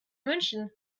münchen